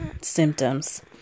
symptoms